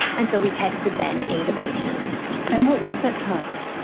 and so we tested them in the patients. and what was that task?